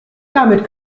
damit